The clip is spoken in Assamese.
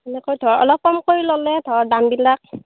এনেকৈ ধৰ অলপ কম কৰি ল'লে ধৰ দামবিলাক